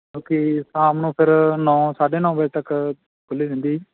ਕਿ ਸ਼ਾਮ ਨੂੰ ਫਿਰ ਨੌ ਸਾਢੇ ਨੌ ਵਜੇ ਤੱਕ ਖੁੱਲ੍ਹੀ ਰਹਿੰਦੀ ਜੀ